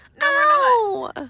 No